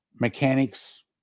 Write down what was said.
mechanics